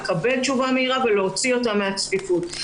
לקבל תשובה מהירה ולהוציא אותם מהצפיפות.